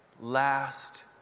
last